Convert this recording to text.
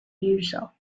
user